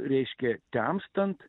reiškia temstant